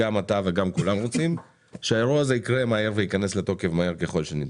גם אתה וכולם רוצים שהאירוע הזה יקרה מהר וייכנס לתוקף מהר ככל שניתן.